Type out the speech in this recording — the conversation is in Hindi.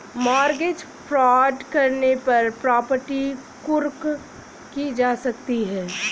मॉर्गेज फ्रॉड करने पर प्रॉपर्टी कुर्क की जा सकती है